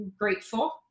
grateful